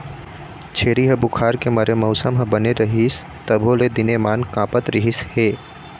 छेरी ह बुखार के मारे मउसम ह बने रहिस तभो ले दिनेमान काँपत रिहिस हे